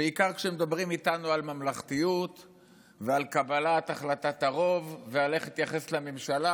בעיקר כשמדברים איתנו על ממלכתיות ועל קבלת הרוב ואיך להתייחס לממשלה.